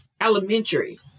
elementary